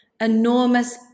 enormous